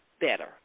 better